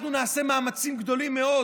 אנחנו נעשה מאמצים גדולים מאוד